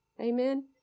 Amen